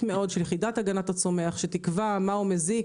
מאוד של יחידת הגנת הצומח שתקבע מה מזיק,